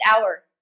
hour